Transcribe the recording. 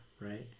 right